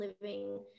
living